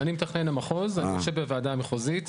אני מתכנן המחוז במשרד, אני יושב בוועדה המחוזית.